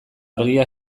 argia